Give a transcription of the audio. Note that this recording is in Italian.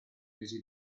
mesi